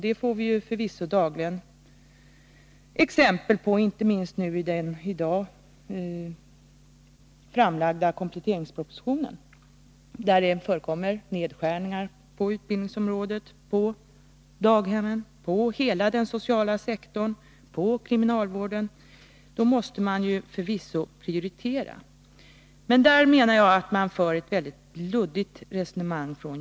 Det får vi förvisso dagligen exempel på, inte minst i den i dag framlagda kompletteringspropositionen, där det föreslås nedskärningar på utbildningsområdet, på hela den sociala sektorn, på kriminalvård. Då måste man förvisso prioritera. Men där tycker jag att justitieministern för ett väldigt luddigt resonemang.